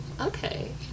Okay